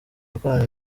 gukorana